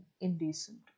indecent